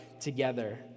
together